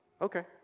Okay